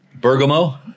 Bergamo